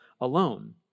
alone